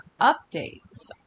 updates